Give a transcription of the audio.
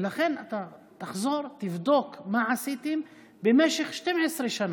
ולכן אתה תחזור, תבדוק מה עשיתם במשך 12 שנה.